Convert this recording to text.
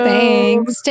Thanks